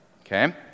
Okay